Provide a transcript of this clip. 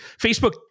Facebook